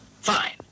Fine